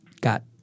got